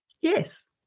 Yes